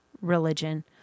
religion